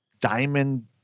Diamond